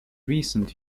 recent